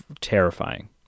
terrifying